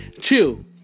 Two